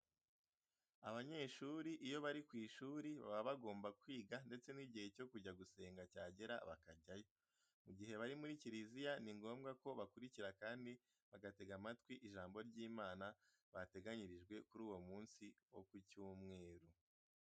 Abanyeshuri iyo bari ku ishuri baba bagomba kwiga ndetse n'igihe cyo kujya gusenga cyagera bakajyayo. Mu gihe bari muri kiriziya ni ngombwa ko bakurikira kandi bagatega amatwi ijambo ry'Imana bateganyirijwe kuri uwo munsi wo ku cyumweru.